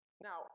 Now